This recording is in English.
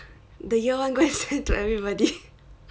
the year one go and send to everybody